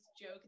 joke